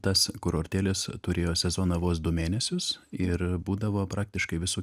tas kurortėlis turėjo sezoną vos du mėnesius ir būdavo praktiškai visu